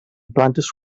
plantes